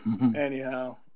anyhow